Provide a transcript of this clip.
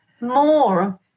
more